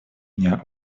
дня